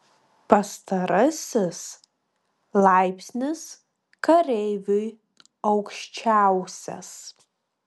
pastarasis laipsnis kareiviui aukščiausias